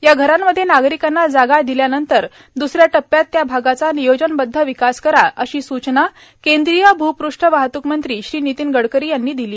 या धरांमध्ये नागरिकांना जागा दिल्यानंतर दसऱ्या टप्प्यात त्या भागाचा नियोजनबद्ध विकास करा अशी सुचना केंद्रीय भुपृष्ठ वाहतुक मंत्री श्री नितीन गडकरी यांनी केली